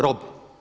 Rob.